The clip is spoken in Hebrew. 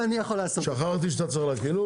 שכחתי שאתה צריך להקריא.